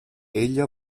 ella